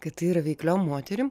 kad tai yra veikliom moterim